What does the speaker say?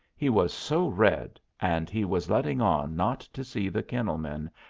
he was so red, and he was letting on not to see the kennel-men,